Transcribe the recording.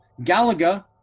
Galaga